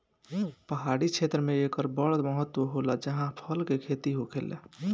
पहाड़ी क्षेत्र मे एकर बड़ महत्त्व होला जाहा फल के खेती होखेला